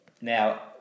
now